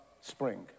spring